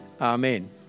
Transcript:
Amen